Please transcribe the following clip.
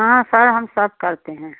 हाँ सर हम सब करते हैं